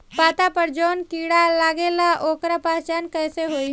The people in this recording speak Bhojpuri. पत्ता पर जौन कीड़ा लागेला ओकर पहचान कैसे होई?